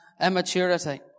immaturity